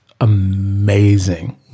amazing